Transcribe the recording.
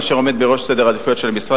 נושא שעומד בראש סדר העדיפויות של המשרד,